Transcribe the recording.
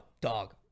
dog